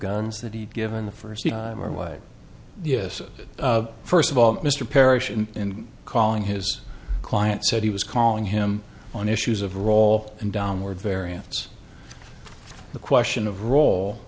guns that he'd given the first time or why yes first of all mr parrish in calling his client said he was calling him on issues of role and downward variance the question of role